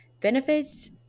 benefits